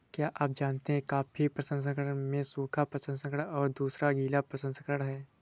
क्या आप जानते है कॉफ़ी प्रसंस्करण में सूखा प्रसंस्करण और दूसरा गीला प्रसंस्करण है?